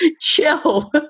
chill